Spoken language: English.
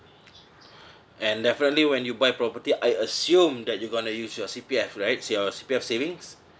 and definitely when you buy property I assumed that you're going to use your C_P_F right your C_P_F savings